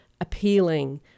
appealing